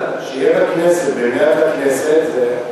שיהיה במליאת הכנסת,